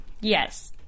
yes